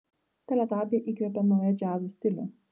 teletabiai įkvėpė naują džiazo stilių